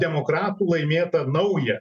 demokratų laimėtą naują